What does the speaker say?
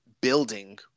building